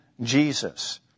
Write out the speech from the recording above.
Jesus